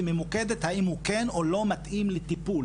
היא ממוקדת האם הוא כן או לא מתאים לטיפול.